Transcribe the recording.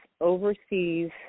overseas